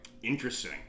Interesting